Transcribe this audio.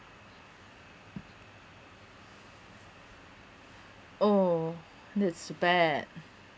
oh that's bad